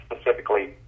specifically